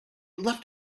left